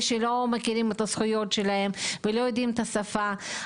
שלא מכירים את הזכויות שלהם ולא יודעים את השפה,